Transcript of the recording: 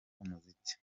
umuziki